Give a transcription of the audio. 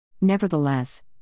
Nevertheless